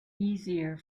easier